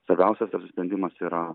svarbiausias apsisprendimas yra